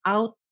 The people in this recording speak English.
Out